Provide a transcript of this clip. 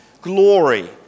glory